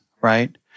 right